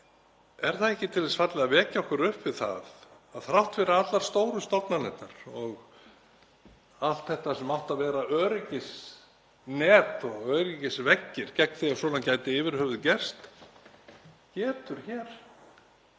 ekki verið til þess fallið að vekja okkur upp við það að þrátt fyrir allar stóru stofnanirnar og allt það sem átti að vera öryggisnet og öryggisveggir gegn því að svona gæti yfir höfuð gerst, getur hér